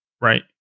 right